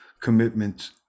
commitment